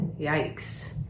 Yikes